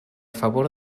favor